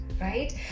right